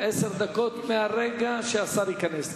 עשר דקות מרגע שהשר ייכנס.